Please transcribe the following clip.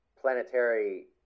planetary